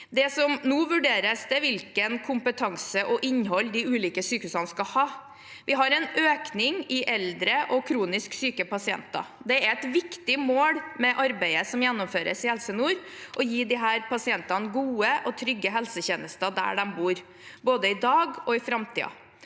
Det som nå vurderes, er hvil ken kompetanse og innhold de ulike sykehusene skal ha. Vi har en økning i eldre og kronisk syke pasienter. Det er et viktig mål med arbeidet som gjennomføres i Helse nord, å gi disse pasientene gode og trygge helsetjenester der de bor, både i dag og i framtiden.